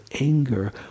anger